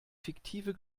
fiktive